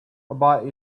about